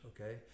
okay